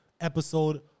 episode